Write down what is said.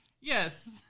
Yes